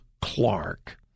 Clark